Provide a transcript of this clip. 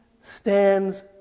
stands